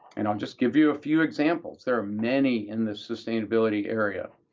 and i'll just give you a few examples. there are many in the sustainability area.